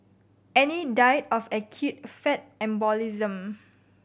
Annie died of acute fat embolism